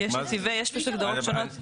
יש נתיבי, יש הגדרות שונות.